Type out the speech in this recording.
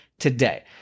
Today